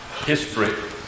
History